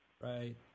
Right